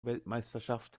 weltmeisterschaft